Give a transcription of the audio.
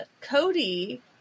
Cody